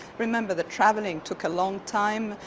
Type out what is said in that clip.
remember that traveling took a long time.